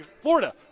Florida